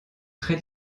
très